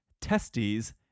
testes